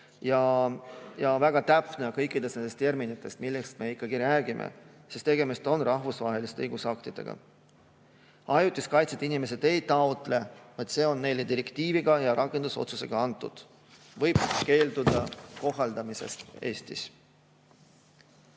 ja täpne kõikides nendes terminites, millest me räägime, sest tegemist on rahvusvaheliste õigusaktidega. Ajutist kaitset inimesed ei taotle, vaid see on neile direktiiviga ja rakendusotsusega antud. Võib keelduda selle kohaldamisest Eestis.